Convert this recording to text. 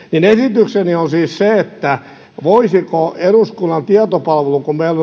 esitykseni on siis se voisiko eduskunnan tietopalvelu kun meillä